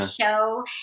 Show